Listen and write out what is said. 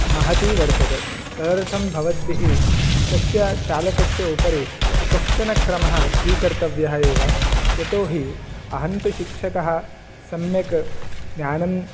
महती वर्तते तदर्थं भवद्भिः तस्य चालकस्य उपरि कश्चन क्रमः स्वीकर्तव्यः एव यतोहि अहं तु शिक्षकः सम्यक् ज्ञानं